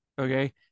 okay